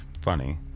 funny